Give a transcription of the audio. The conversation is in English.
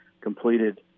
completed